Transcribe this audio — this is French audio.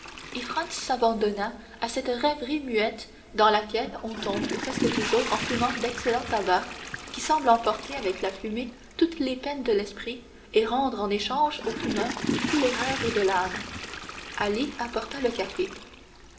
et franz s'abandonna à cette rêverie muette dans laquelle on tombe presque toujours en fumant d'excellent tabac qui semble emporter avec la fumée toutes les peines de l'esprit et rendre en échange au fumeur tous les rêves de l'âme ali apporta le café